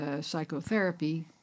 psychotherapy